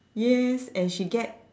yes and she get